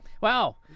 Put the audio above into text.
Wow